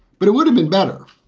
but it would have been better.